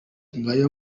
ngayo